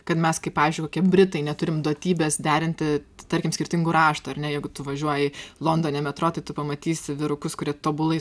kad mes kaip pavyzdžiui kokie britai neturim duotybės derinti tarkim skirtingų raštų ar ne jeigu tu važiuoji londone metro tai tu pamatysi vyrukus kurie tobulai